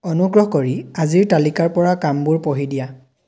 অনুগ্ৰহ কৰি আজিৰ তালিকাৰপৰা কামবোৰ পঢ়ি দিয়া